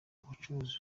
ubucuruzi